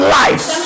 life